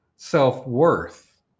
self-worth